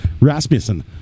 Rasmussen